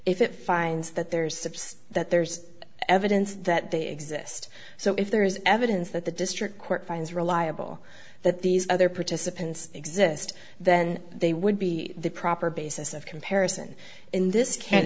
if it finds that there is subsist that there's evidence that they exist so if there is evidence that the district court finds reliable that these other participants exist then they would be the proper basis of comparison in this ca